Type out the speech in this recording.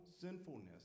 sinfulness